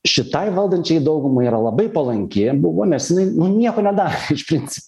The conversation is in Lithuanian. šitai valdančiai daugumai yra labai palanki buvo nes jinai nu nieko nedarė iš princ